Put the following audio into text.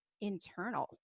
internal